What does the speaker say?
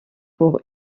pour